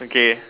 okay